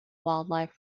wildlife